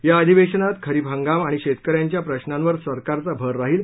या अधिवेशनात खरीप हंगाम आणि शेतक यांच्या प्रश्नांवर सरकारचा भर राहील